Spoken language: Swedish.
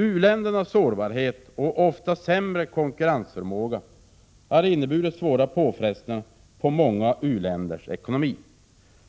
U-ländernas sårbarhet och ofta sämre konkurrensförmåga har inneburit svåra påfrestningar på många u-länders ekonomi.